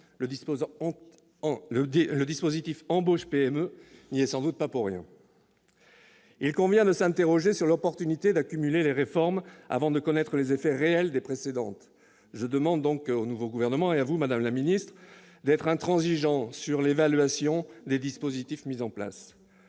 Le dispositif « embauche PME » n'y est sans doute pas pour rien ! Il convient de s'interroger sur l'opportunité d'accumuler les réformes avant de connaître les effets réels de celles qui ont déjà été engagées. Je demande donc au nouveau gouvernement et à vous-même, madame la ministre, d'être intransigeants sur l'évaluation des dispositifs mis en place.